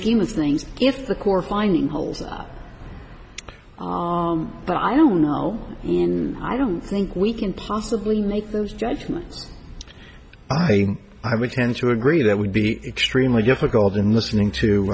scheme of things if the core finding holes out but i don't know in i don't think we can possibly make those judgments i would tend to agree that would be extremely difficult in listening to